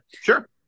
Sure